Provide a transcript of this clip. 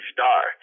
Star